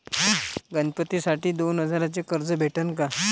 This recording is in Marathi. गणपतीसाठी दोन हजाराचे कर्ज भेटन का?